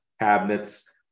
cabinets